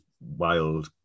wild